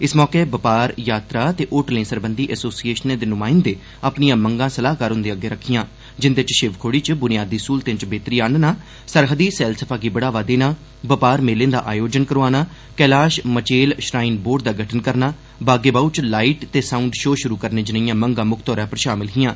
इस मौके बपार यात्रा ते होटलें सरबंधी एसोसिएशनें दे नुमाइंदें अपनिआं मंगां सलाहकार हूंदे अग्गे रक्खिआं जिंदे च शिवखोड़ी च ब्नियादी स्हूलतें च बेहतरी आहनना सरहदी सैलसफा गी बढ़ावा देना बपार मेलें दा आयोजन करोआना कैलाश मचेल श्राईन बोर्ड दा गठन करना बाग ए बाह् च लाईट ते साउंड शो शुरु करने ज्नेही मंगां मुक्ख तौरा पर शामिल हिआं